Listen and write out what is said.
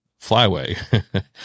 flyway